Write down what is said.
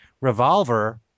Revolver